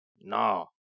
No